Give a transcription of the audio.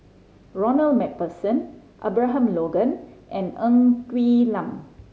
Ronald Macpherson Abraham Logan and Ng Quee Lam